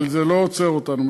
אבל זה לא עוצר אותנו.